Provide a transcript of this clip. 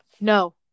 no